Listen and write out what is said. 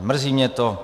Mrzí mě to.